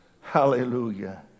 hallelujah